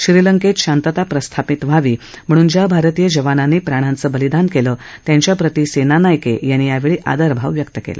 श्रीलंकेत शांतता प्रस्थापित व्हावी म्हणून ज्या भारतीय जवानांनी प्राणांचं बलिदान केलं त्यांच्याप्रति सेनानायके यांनी आदरभाव व्यक्त केला